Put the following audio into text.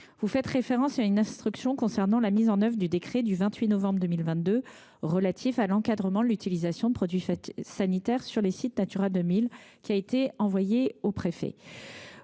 Vous faites référence à une instruction concernant la mise en œuvre du décret du 28 novembre 2022 relatif à l’encadrement de l’utilisation des produits phytopharmaceutiques dans les sites Natura 2000, qui a été envoyée aux préfets.